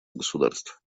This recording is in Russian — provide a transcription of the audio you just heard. государств